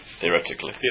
Theoretically